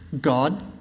God